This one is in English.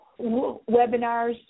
webinars